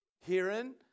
Hearing